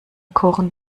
kochen